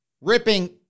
ripping